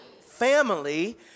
family